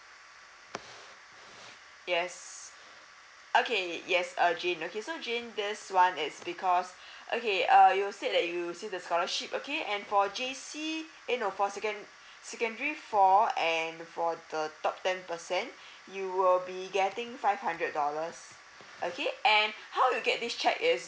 yes okay yes uh jane okay so jane this [one] is because okay uh you said that you see the scholarship okay and for J_C eh no for second~ secondary four and for the top ten percent you will be getting five hundred dollars okay and how you get this cheque is